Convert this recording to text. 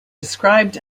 described